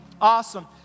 awesome